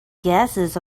gases